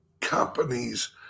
companies